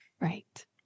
Right